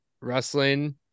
wrestling